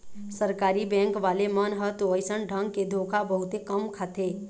सरकारी बेंक वाले मन ह तो अइसन ढंग के धोखा बहुते कम खाथे